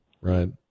right